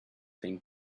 thing